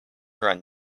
run